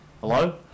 Hello